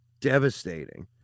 devastating